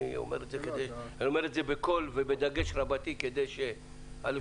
אני אומר את זה בקול ובדגש רבתי כדי שיבינו